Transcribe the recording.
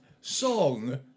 song